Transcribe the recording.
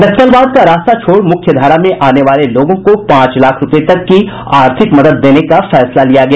नक्सलवाद का रास्त छोड़ मुख्य धारा में आने वाले लोगों को पांच लाख रूपये तक की आर्थिक मदद देने का फैसला लिया गया